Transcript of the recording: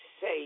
say